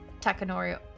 Takanori